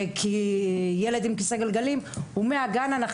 כי ילד עם כיסא גלגלים הוא מהגן אנחנו